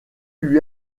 lui